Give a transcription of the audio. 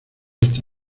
está